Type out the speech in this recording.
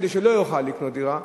כדי שלא יוכל לקנות דירה,